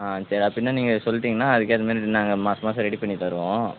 ஆ சரி அப்படின்னா நீங்கள் சொல்லிட்டீங்கன்னா அதுக்கேற்ற மாரி நாங்கள் மாத மாதம் ரெடி பண்ணித் தருவோம்